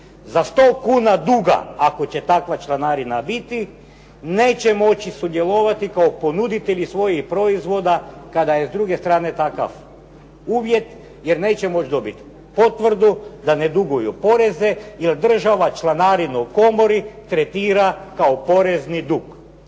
Za 100 kuna duga ako će takva članarina biti neće moći sudjelovati kao ponuditelji svojih proizvoda kada je s druge strane takav uvjet jer neće moći dobiti potvrdu da ne duguju poreze jer država članarinu u komori tretira kao porezni dug.